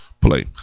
play